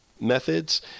methods